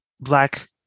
Black